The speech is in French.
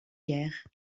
guerre